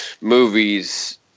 movies